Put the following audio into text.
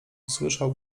usłyszał